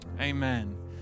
amen